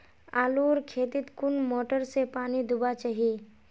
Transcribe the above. आलूर खेतीत कुन मोटर से पानी दुबा चही?